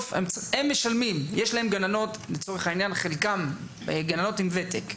הם משלמים, יש להם גננות, חלקן גננות עם ותק,